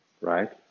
right